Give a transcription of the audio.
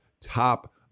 top